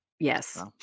Yes